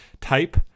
type